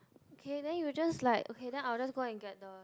okay then you just like okay then I'll just go and get the